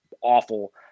awful